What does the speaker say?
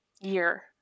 year